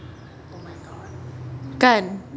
kan